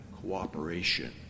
cooperation